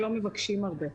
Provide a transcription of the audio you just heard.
הם לא מבקשים הרבה,